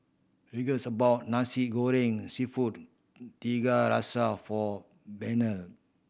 Regan's bought Nasi Goreng Seafood Tiga Rasa for Burnell